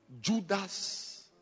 Judas